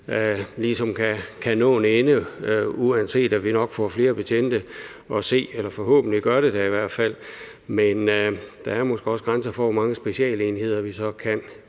ligesom kan nå til en ende, uanset at vi nok får flere betjente at se – eller at vi i hvert fald forhåbentlig gør det. Der er måske også grænser for, hvor mange specialenheder vi så kan